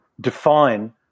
define